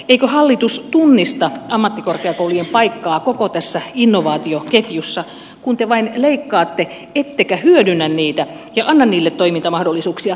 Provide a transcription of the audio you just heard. eikö hallitus tunnista ammattikorkeakoulujen paikkaa koko tässä innovaatioketjussa kun te vain leikkaatte ettekä hyödynnä niitä ja anna niille toimintamahdollisuuksia